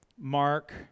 Mark